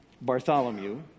Bartholomew